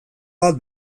bat